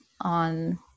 on